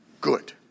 good